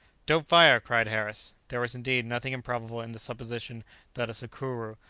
don't fire! cried harris. there was indeed nothing improbable in the supposition that a sucuru,